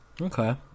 Okay